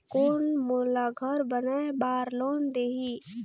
कौन मोला घर बनाय बार लोन देही?